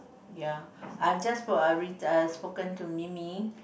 ya I've just uh spoken to Mimi